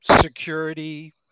security